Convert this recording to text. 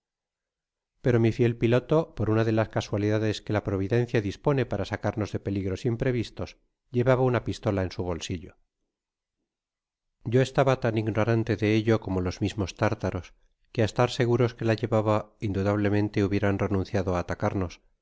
pero mi fiel piloto por una de las casualidades que la providencia dispone para sacarnos de peligros imprevistos llevaba una pistola en su bolsillo yo estaba tan ignorante de ello como los mismos tártaros que á estar seguros que la llevaba indudablemente hubieran renunciado á atacarnos